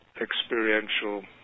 experiential